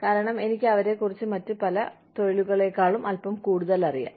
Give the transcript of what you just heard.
കാരണം എനിക്ക് അവരെക്കുറിച്ച് മറ്റ് പല തൊഴിലുകളേക്കാളും അൽപ്പം കൂടുതലറിയാം